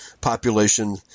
population